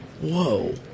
Whoa